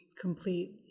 complete